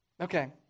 Okay